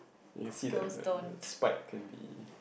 you see that that that spike in the